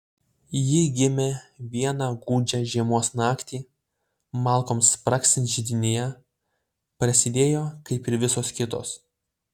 ji gimė vieną gūdžią žiemos naktį malkoms spragsint židinyje prasidėjo kaip ir visos kitos